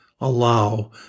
allow